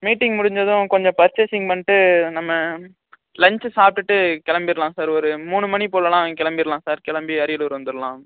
meeting முடிஞ்சதும் கொஞ்சம் purchasing பண்ணிட்டு நம்ம லன்ச்சு சாப்பிட்டுட்டு கிளம்பிர்லாம் சார் ஒரு மூணு மணி போலேலாம் கிளம்பிர்லாம் சார் கிளம்பி அரியலூர் வந்துடலாம்